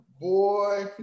boy